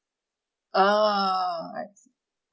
ah I see